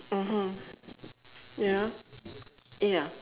mmhmm ya ya